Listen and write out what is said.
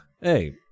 Hey